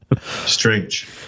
Strange